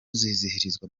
uzizihirizwa